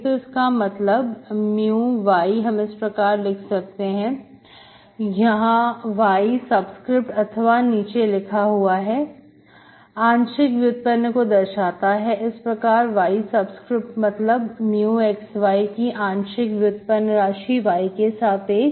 तो इसका मतलब mu y हम इस प्रकार लिख सकते हैं यहां y सब्सक्रिप्ट अथवा नीचे लिखा हुआ आंशिक व्युत्पन्न को दर्शाता है इस प्रकार y सब्सक्रिप्ट मतलब μx y की आंशिक व्युत्पन्न राशि y के सापेक्ष